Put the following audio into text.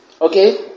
Okay